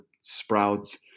sprouts